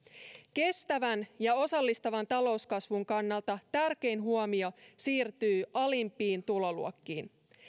kestävän ja osallistavan talouskasvun kannalta tärkein huomio siirtyy alimpiin tuloluokkiin